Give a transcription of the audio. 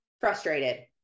frustrated